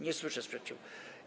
Nie słyszę sprzeciwu.